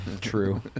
True